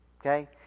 Okay